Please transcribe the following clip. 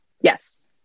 Yes